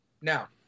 now